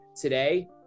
today